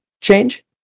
change